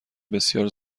بسیار